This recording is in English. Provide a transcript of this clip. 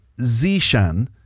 Zishan